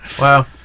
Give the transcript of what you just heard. Wow